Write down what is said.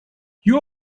you